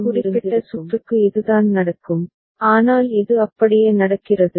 எனவே இந்த குறிப்பிட்ட சுற்றுக்கு இதுதான் நடக்கும் ஆனால் இது அப்படியே நடக்கிறது